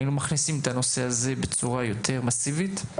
היינו מכניסים את הנושא הזה בצורה מסיבית יותר.